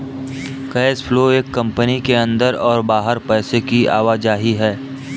cash flow एक company के अंदर और बाहर पैसे की आवाजाही है